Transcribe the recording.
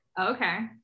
okay